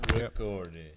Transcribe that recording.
Recording